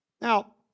Now